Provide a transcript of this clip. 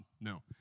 No